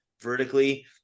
vertically